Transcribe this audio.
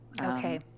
Okay